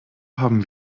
haben